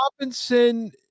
robinson